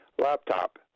laptop